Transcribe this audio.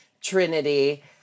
trinity